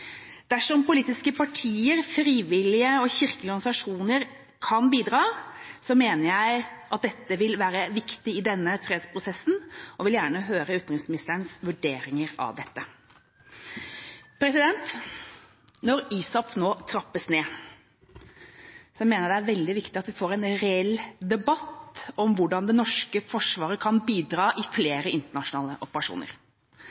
Dersom politiske partier, frivillige og kirkelige organisasjoner kan bidra, mener jeg at dette vil være viktig i denne fredsprosessen, og vil gjerne høre utenriksministerens vurderinger av dette. Når ISAF nå trappes ned, mener jeg det er veldig viktig at vi får en reell debatt om hvordan det norske forsvaret kan bidra i